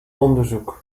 onderzoek